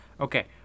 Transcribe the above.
Okay